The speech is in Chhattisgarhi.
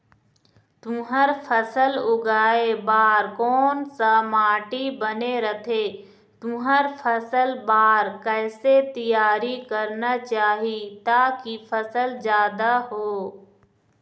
तुंहर फसल उगाए बार कोन सा माटी बने रथे तुंहर फसल बार कैसे तियारी करना चाही ताकि फसल जादा हो?